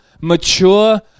mature